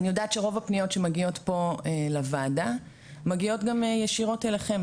אני יודעת שרוב הפניות שמגיעות לוועדה מגיעות גם ישירות אליכם,